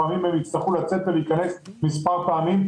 לפעמים הם יצטרכו לצאת ולהיכנס מספר פעמים.